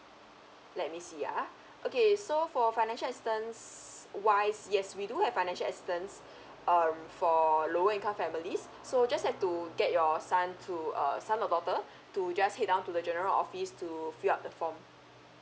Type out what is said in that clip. let me see ah okay so for financial assistance wise yes we do have financial assistance um for lower income families so just like to get your son to uh son or daughter to just head down to the general office to fill up the form